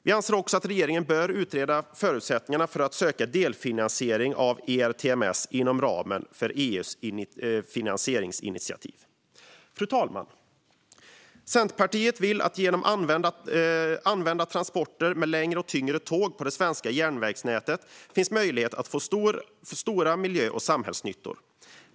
Vi anser också att regeringen bör utreda förutsättningarna för att söka delfinansiering av ERTMS inom ramen för EU:s finansieringsinitiativ. Fru talman! Genom att använda transporter med längre och tyngre tåg i det svenska järnvägsnätet finns det möjlighet att få stora miljö och samhällsnyttor.